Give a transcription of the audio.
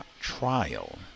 trial